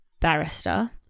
barrister